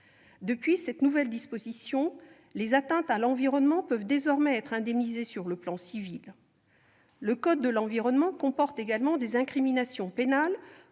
Depuis cette nouvelle disposition, les atteintes à l'environnement peuvent désormais être indemnisées sur le plan civil. Le code de l'environnement comporte également des incriminations pénales